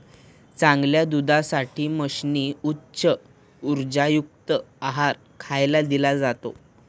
चांगल्या दुधासाठी म्हशींना उच्च उर्जायुक्त आहार खायला दिला जातो